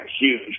huge